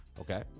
Okay